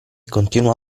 continuò